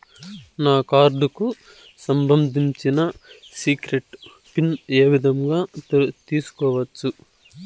నా కార్డుకు సంబంధించిన సీక్రెట్ పిన్ ఏ విధంగా తీసుకోవచ్చు?